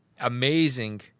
amazing